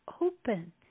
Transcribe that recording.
open